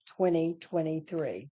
2023